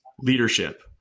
leadership